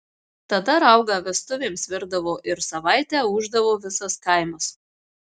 tada raugą vestuvėms virdavo ir savaitę ūždavo visas kaimas